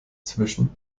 zwischen